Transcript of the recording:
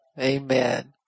Amen